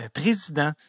président